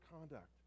conduct